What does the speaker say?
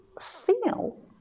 feel